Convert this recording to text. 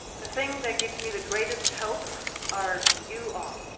the thing that gives me the greatest hope are you all.